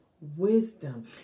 wisdom